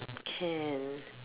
can